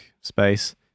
space